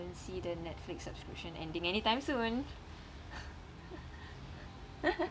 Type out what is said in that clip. don't see the netflix subscription ending anytime soon